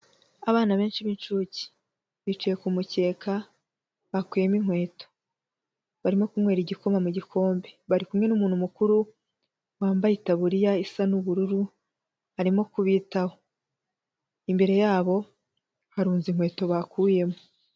Abana benshi b'inshuke bicaye ku mukeka bakuyemo inkweto, barimo kunywera igikoma mu gikombe bari kumwe n'umuntu mukuru wambaye itaburiya isa n'ubururu arimo kubitaho, imbere yabo harunze inkweto bakuyemo.